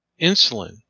insulin